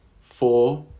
four